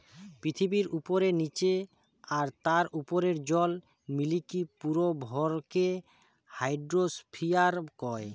পৃথিবীর উপরে, নীচে আর তার উপরের জল মিলিকি পুরো ভরকে হাইড্রোস্ফিয়ার কয়